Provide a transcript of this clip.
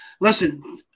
listen